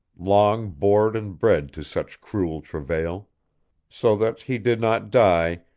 long born and bred to such cruel travail so that he did not die,